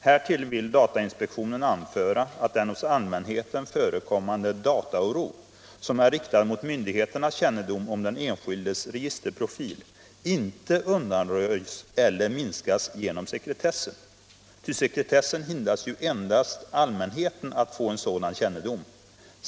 Härtill vill datainspektionen anföra att den hos allmänheten förekommande ”dataoro” som är riktad mot myndigheternas kännedom om den enskildes ”registerprofil" inte undanröjs eller minskas genom sekretessen; ty sekretessen hindrar ju endast allmänheten att få sådan kännedom.